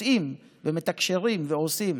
מוצאים ומתקשרים ועושים.